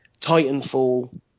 Titanfall